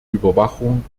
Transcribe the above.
überwachung